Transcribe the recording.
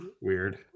weird